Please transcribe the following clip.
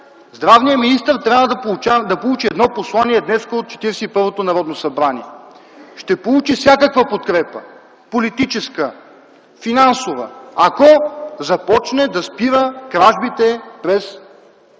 Здравният министър трябва да получи днес едно послание от Четиридесет и първото Народно събрание. Ще получи всякаква подкрепа – политическа, финансова, ако започне да спира кражбите през